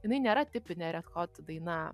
jinai nėra tipinė ret hot daina